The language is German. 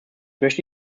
möchte